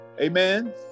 Amen